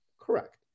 Correct